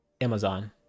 Amazon